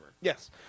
Yes